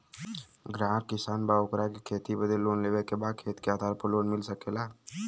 ग्राहक किसान बा ओकरा के खेती बदे लोन लेवे के बा खेत के आधार पर लोन मिल सके ला?